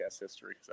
history